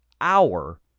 hour